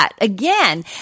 again